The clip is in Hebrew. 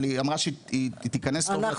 אבל היא אמרה שהיא תיכנס טוב לתמונה.